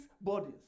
bodies